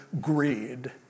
greed